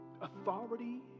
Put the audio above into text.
authority